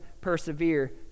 persevere